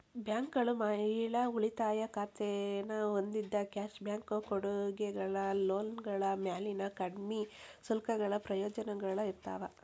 ಬ್ಯಾಂಕ್ಗಳು ಮಹಿಳಾ ಉಳಿತಾಯ ಖಾತೆನ ಹೊಂದಿದ್ದ ಕ್ಯಾಶ್ ಬ್ಯಾಕ್ ಕೊಡುಗೆಗಳ ಲೋನ್ಗಳ ಮ್ಯಾಲಿನ ಕಡ್ಮಿ ಶುಲ್ಕಗಳ ಪ್ರಯೋಜನಗಳ ಇರ್ತಾವ